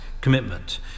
commitment